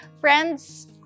Friends